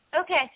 Okay